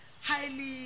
highly